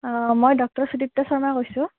অঁ মই ডক্টৰ সুদীপ্তা শৰ্মাই কৈছোঁ